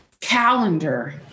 calendar